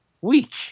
week